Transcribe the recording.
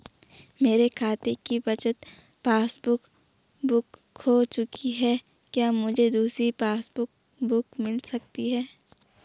मेरे खाते की बचत पासबुक बुक खो चुकी है क्या मुझे दूसरी पासबुक बुक मिल सकती है?